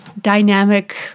dynamic